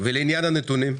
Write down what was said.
ולעניין הנתונים?